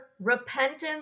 repentance